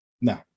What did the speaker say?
No